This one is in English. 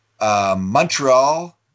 Montreal